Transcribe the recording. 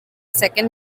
second